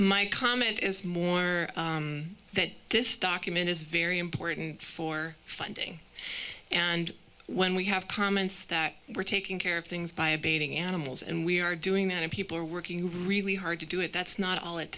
my comment is more that this document is very important for funding and when we have comments that we're taking care of things by abating animals and we are doing that and people are working really hard to do it that's not all it